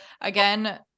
again